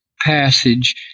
passage